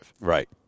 Right